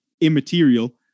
immaterial